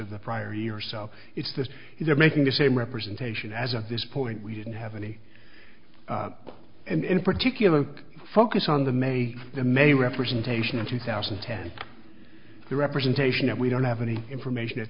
of the prior year so it's this is are making the same representation as of this point we didn't have any and in particular focus on the many many representation in two thousand and ten the representation that we don't have any information at